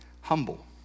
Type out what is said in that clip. humble